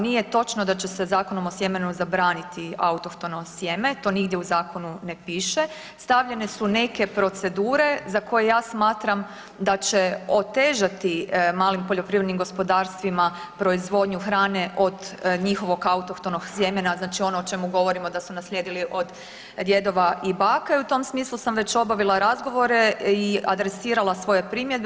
Nije točno da će se Zakonom o sjemenu zabraniti autohtono sjeme, to nigdje u zakonu ne piše, stavljene su neke procedure za koje ja smatram da će otežati malim poljoprivrednim gospodarstvima proizvodnju hrane od njihovog autohtonog sjemena znači ono o čemu govorimo da su naslijedili od djedova i od baka i u tom smislu sam već obavila razgovore i adresirala svoje primjedbe.